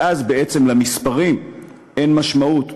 ואז בעצם למספרים אין משמעות,